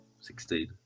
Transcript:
Sixteen